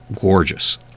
gorgeous